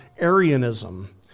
Arianism